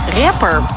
rapper